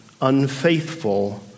unfaithful